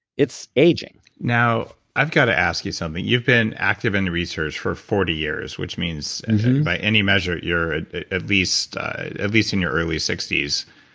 its aging now, i've got to ask you something. you've been active in research for forty years which means by any measure you're at least at least in your early sixty s.